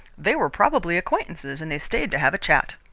they were probably acquaintances, and they stayed to have a chat.